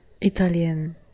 Italian